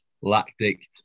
Lactic